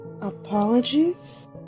Apologies